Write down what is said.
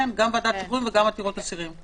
כן, גם ועדת שחרורים וגם עתירות אסירים.